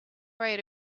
right